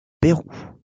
pérou